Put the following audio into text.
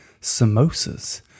samosas